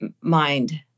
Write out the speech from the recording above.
mind